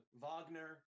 Wagner